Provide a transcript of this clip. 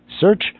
search